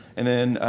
and then,